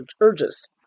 urges